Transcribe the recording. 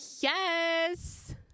Yes